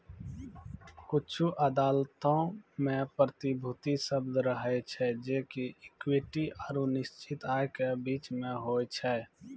कुछु अदालतो मे प्रतिभूति शब्द रहै छै जे कि इक्विटी आरु निश्चित आय के बीचो मे होय छै